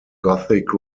gothic